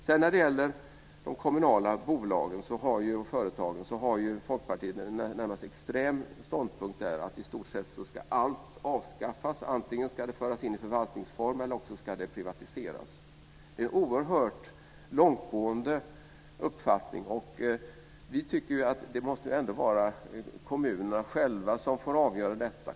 När det sedan gäller de kommunala bolagen och företagen har ju Folkpartiet en närmast extrem ståndpunkt där: I stort sett ska allt avskaffas. Antingen ska det föras in i förvaltningsform eller också ska det privatiseras. Det är en oerhört långtgående uppfattning, och vi tycker att det ändå måste vara kommunerna själva som får avgöra detta.